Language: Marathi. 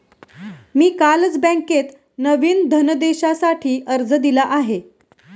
मी कालच बँकेत नवीन धनदेशासाठी अर्ज दिला आहे